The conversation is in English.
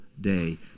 day